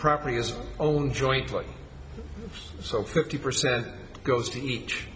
property is owned jointly so fifty percent goes to each